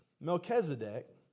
Melchizedek